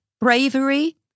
Bravery